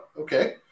okay